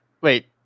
Wait